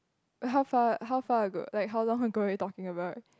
like how far how far ago like how long ago are we talking about